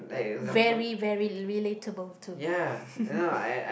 very very relatable to